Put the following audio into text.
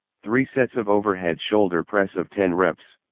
three sets of overhead shoulder press of ten reps.